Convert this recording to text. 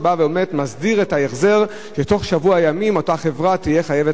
שמסדיר את ההחזר כך שאותה חברה תהיה חייבת